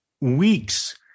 weeks